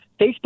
Facebook